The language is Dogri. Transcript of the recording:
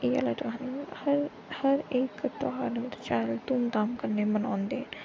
इ'यै गल्ल आखदे कि हर हर इक ध्यार मतलब शैल धूम धाम कन्नै मनांदे